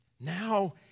Now